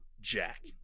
Jack